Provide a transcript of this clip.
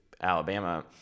Alabama